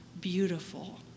beautiful